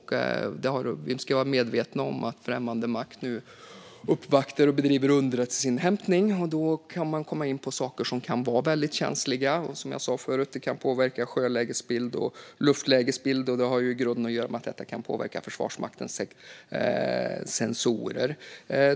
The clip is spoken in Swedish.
Vi ska vara medvetna om att främmande makt nu uppvaktar och bedriver underrättelseinhämtning. Då kan man komma in på saker som kan vara väldigt känsliga. Som jag sa förut kan det påverka sjölägesbild och luftlägesbild. Det har i grunden att göra med att det kan påverka Försvarsmaktens sensorer.